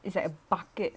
it's like a bucket